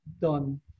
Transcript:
done